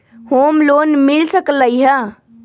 Home loan मिल सकलइ ह?